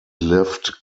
lived